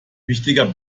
wichtiger